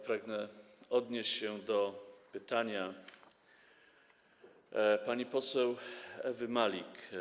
Pragnę odnieść się do pytania pani poseł Ewy Malik.